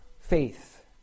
faith